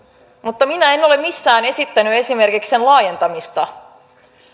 mutta minä en ole missään esittänyt esimerkiksi sen laajentamista